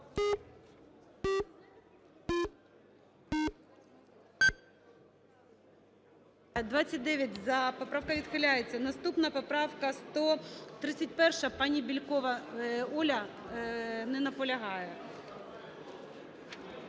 За-29 Поправка відхиляється. Наступна поправка 131. Пані Бєлькова Оля не наполягає.